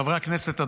חברי הכנסת,